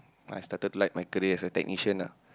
I started like my career as a technician lah